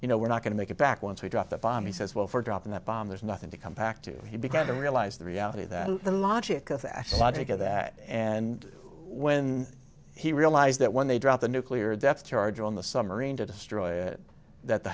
you know we're not going to make it back once we drop the bomb he says well for dropping that bomb there's nothing to come back to he began to realize the reality that the logic of that logic of that and when he realized that when they drop the nuclear depth charge on the submarine to destroy it that the